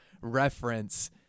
reference